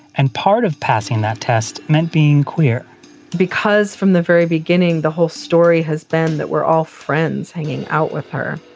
and part of passing that test meant being queer because from the very beginning, the whole story has been that we're all friends hanging out with her.